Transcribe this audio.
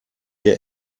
der